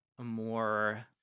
more